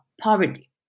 poverty